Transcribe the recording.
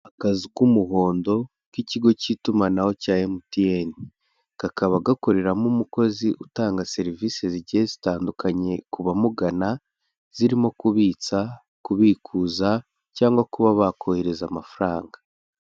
Akazu k'umuhondo k'ikigo cy'itumanaho cya MTN, kakaba gakoreramo umukozi utanga serivisi zigiye zitandukanye ku bamugana, zirimo kubitsa, kubikuza, cyangwa kuba bakohereza amafaranga.